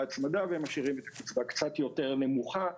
הצמדה ומשאירים את הקצבה קצת יותר נמוכה,